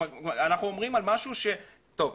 אנחנו אומרים על משהו ש טוב,